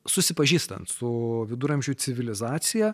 susipažįstant su viduramžių civilizacija